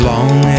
long